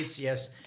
Yes